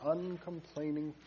Uncomplaining